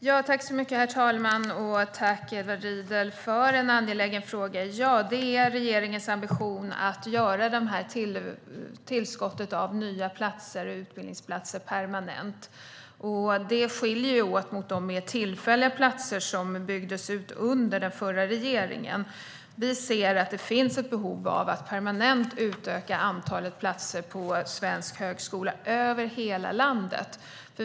Herr talman! Tack, Edward Riedl, för en angelägen fråga! Ja, det är regeringens ambition att göra tillskottet av nya utbildningsplatser permanent. Det är en skillnad gentemot de mer tillfälliga platser som man byggde ut med under den förra regeringen. Vi ser att det finns ett behov av att permanent utöka antalet platser på svensk högskola över hela landet.